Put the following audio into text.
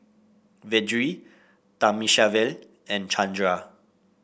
Vedre Thamizhavel and Chandra